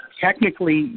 Technically